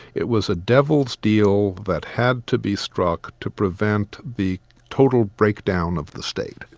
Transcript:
it was a devil's deal that had to be struck to prevent the total breakdown of the state.